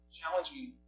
challenging